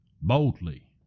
boldly